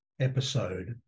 episode